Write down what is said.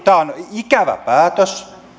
ikävä päätös